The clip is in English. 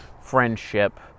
friendship